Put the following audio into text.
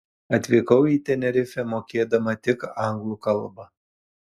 atvykau į tenerifę mokėdama tik anglų kalbą